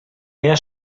era